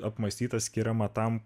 apmąstyta skiriama tam